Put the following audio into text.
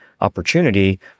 opportunity